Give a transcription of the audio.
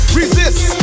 resist